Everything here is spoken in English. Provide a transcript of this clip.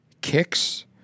kicks